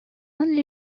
only